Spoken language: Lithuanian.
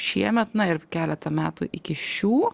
šiemet na ir keletą metų iki šių